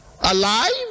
Alive